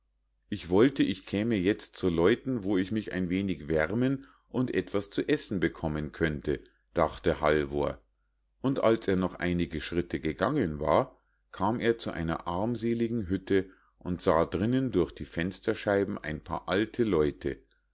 ich wollte ich käme jetzt zu leuten wo ich mich ein wenig wärmen und etwas zu essen bekommen könnte dachte halvor und als er noch einige schritte gegangen war kam er zu einer armseligen hütte und sah drinnen durch die fensterscheiben ein paar alte leute